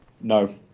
No